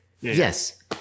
Yes